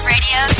Radio